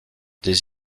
des